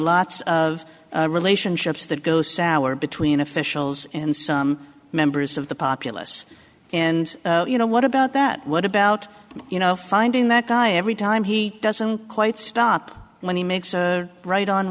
lots of relationships that go sour between officials and some members of the populous and you know what about that what about you know finding that guy every time he doesn't quite stop when he makes a right on